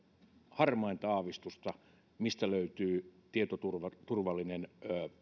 harmainta aavistusta mistä löytyy tietoturvallinen